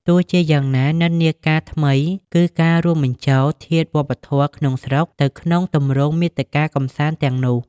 ទោះជាយ៉ាងណា និន្នាការថ្មីគឺការ រួមបញ្ចូល ធាតុវប្បធម៌ក្នុងស្រុកទៅក្នុងទម្រង់មាតិកាកម្សាន្តទាំងនោះ។